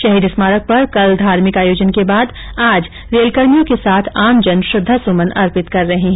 शहीद स्मारक पर कल धार्मिक आयोजन के बाद आज रेलकर्मियों के साथ आमजन श्रद्धासुमन अर्पित कर रहे हैं